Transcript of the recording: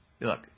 Look